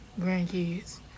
grandkids